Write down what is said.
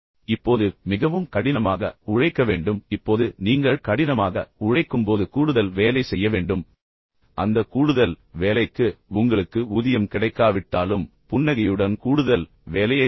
இப்போது மிகவும் கடினமாக உழைக்க வேண்டும் இப்போது நீங்கள் கடினமாக உழைக்கும்போது கூடுதல் வேலை செய்ய வேண்டும் அந்த கூடுதல் வேலைக்கு உங்களுக்கு ஊதியம் கிடைக்காவிட்டாலும் புன்னகையுடன் கூடுதல் வேலையைச் செய்யுங்கள்